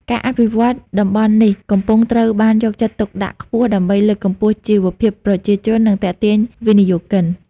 ការអភិវឌ្ឍន៍តំបន់នេះកំពុងត្រូវបានយកចិត្តទុកដាក់ខ្ពស់ ដើម្បីលើកកម្ពស់ជីវភាពប្រជាជន និងទាក់ទាញវិនិយោគិន។